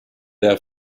der